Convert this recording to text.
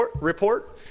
report